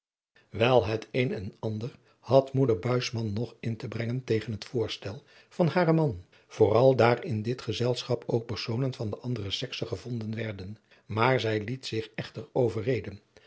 wel het een en ander had moeder buisman nog in te brengen tegen het voorstel van haren man vooral daar in dit geadriaan loosjes pzn het leven van hillegonda buisman zelschap ook personen van de andere sekse gevonden werden maar zij liet zich echter overreden